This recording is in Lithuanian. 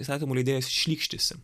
įstatymų leidėjas šlykštisi